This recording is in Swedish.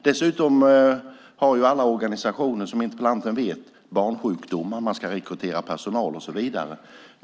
Dessutom har alla organisationer, som interpellanten vet, barnsjukdomar - man ska rekrytera personal och så vidare.